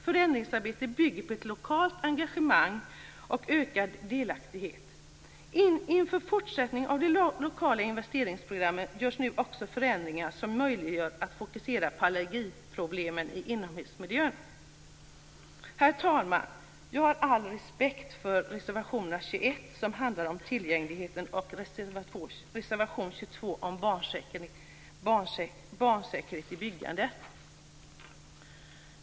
Förändringsarbetet bygger på ett lokalt engagemang och ökad delaktighet. Inför fortsättningen av de lokala investeringsprogrammen görs nu också förändringar som möjliggör att fokusera på allergiproblemen i inomhusmiljön. Herr talman! Jag har all respekt för reservation 21, som handlar om tillgänglighet, och reservation 22, om barnsäkerhet i byggandet.